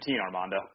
Armando